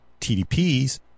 TDPs